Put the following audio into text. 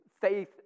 faith